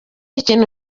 ikintu